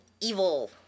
evil